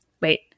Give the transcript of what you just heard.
wait